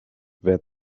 wer